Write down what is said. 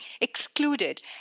excluded